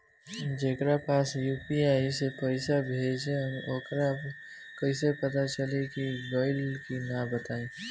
जेकरा पास यू.पी.आई से पईसा भेजब वोकरा कईसे पता चली कि गइल की ना बताई?